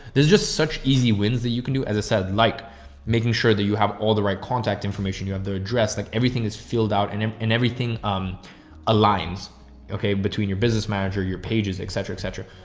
there's just such easy wins that you can do. as i said, like making sure that you have all the right contact information, you have their address, like everything is filled out and um and everything um aligns okay between your business manager, your pages, et cetera, et cetera.